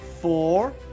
four